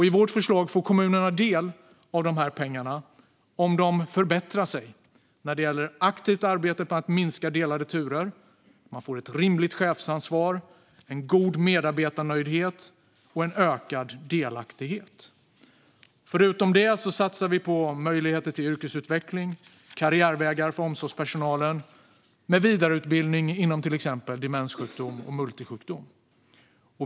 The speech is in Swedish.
I vårt förslag får kommunerna del av de här pengarna om de förbättrar sig när det gäller aktivt arbete med att minska delade turer och få ett rimligt chefsansvar, en god medarbetarnöjdhet och en ökad delaktighet. Förutom det satsar vi på möjligheter till yrkesutveckling och karriärvägar för omsorgspersonalen med vidareutbildning inom till exempel demenssjukdom och multisjukdom.